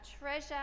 treasure